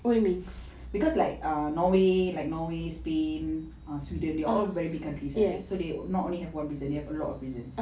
because like err norway like norway spain sweden they all very big country so they not only have one prison they have a lot of prisons